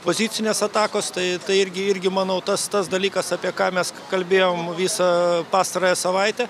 pozicinės atakos tai tai irgi irgi manau tas tas dalykas apie ką mes kalbėjom visą pastarąją savaitę